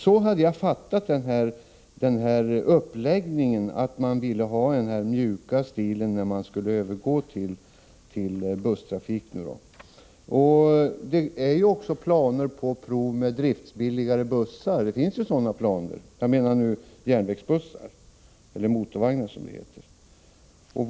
Så har jag fattat uppläggningen — att man valt en mjukare linje när det gäller övergången till busstrafik. Vidare finns det planer att på prov ha järnvägsbussar som är billigare i drift —-eller motorvagnar, som de ju kallas.